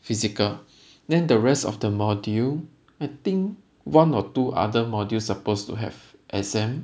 physical then the rest of the module I think one or two other modules supposed to have exam